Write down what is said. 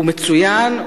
הוא מצוין,